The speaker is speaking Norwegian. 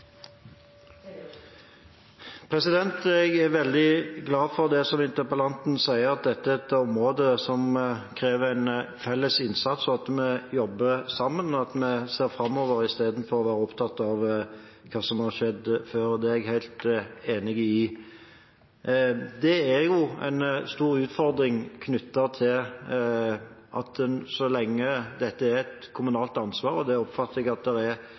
veldig glad for det interpellanten sier om at dette er et område som krever felles innsats, at vi skal jobbe sammen, og at vi ser framover i stedet for å være opptatt av hva som har skjedd før. Det er jeg helt enig i. Det er en stor utfordring knyttet til at så lenge dette er et kommunalt ansvar – og det oppfatter jeg det er bred enighet om at